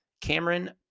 Cameron